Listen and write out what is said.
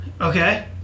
Okay